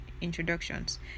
introductions